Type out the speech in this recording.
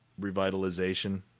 revitalization